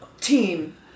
team